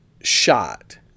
shot